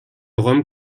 rome